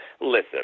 listen